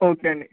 okay అండి